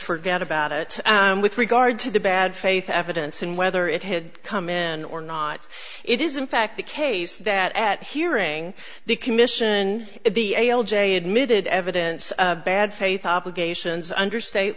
forget about it with regard to the bad faith evidence and whether it had come in or not it is in fact the case that at hearing the commission the a l j admitted evidence of bad faith obligations under state